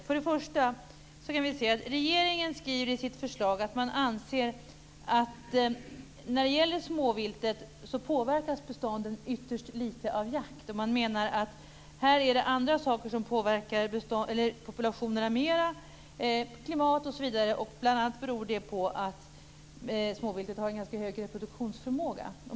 För det första skriver regeringen i sitt förslag att den anser att när det gäller småviltet påverkas bestånden ytterst lite av jakt. Man menar att andra saker påverkar populationerna mera, klimat osv., bl.a. beroende på att småviltet har ganska hög reproduktionsförmåga.